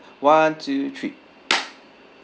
one two three